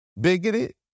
bigoted